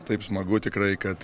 taip smagu tikrai kad